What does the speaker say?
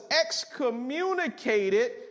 excommunicated